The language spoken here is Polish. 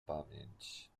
pamięć